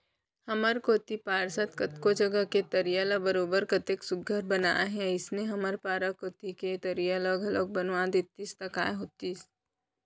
हमर कोती पार्षद कतको जघा के तरिया ल बरोबर कतेक सुग्घर बनाए हे अइसने हमर पारा कोती के तरिया ल घलौक बना देतिस त काय होतिस